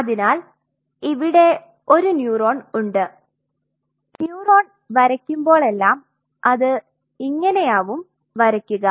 അതിനാൽ ഇവിടെ ഒരു ന്യൂറോൺ ഉണ്ട് ന്യൂറോൺ വരകുമ്പോളെല്ലാം അത് ഇങ്ങനെയാവും വരക്കുക